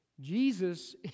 Jesus